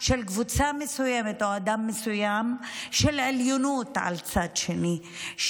של קבוצה מסוימת או אדם מסוים של עליונות על צד שני,